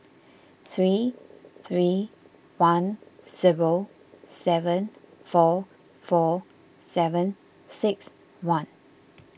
three three one zero seven four four seven six one